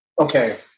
okay